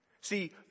See